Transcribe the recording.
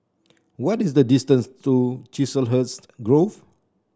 what is the distance to Chiselhurst Grove